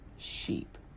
Sheep